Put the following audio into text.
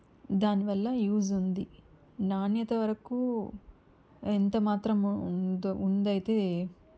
దానివల్ల యూజుంది నాణ్యత వరకూ ఎంత మాత్రము ఉందో ఉందైతే